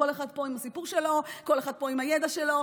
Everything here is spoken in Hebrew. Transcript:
כל אחד פה עם הסיפור שלו, כל אחד פה עם הידע שלו.